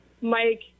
Mike